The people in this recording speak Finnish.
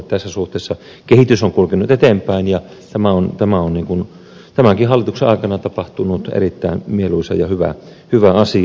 tässä suhteessa kehitys on kulkenut eteenpäin ja tämä on tämänkin hallituksen aikana tapahtunut erittäin mieluisa ja hyvä asia